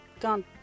gone